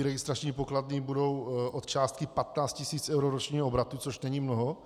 Registrační pokladny budou od částky 15 tisíc eur ročního obratu, což není mnoho.